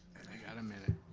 got a minute.